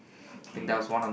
okay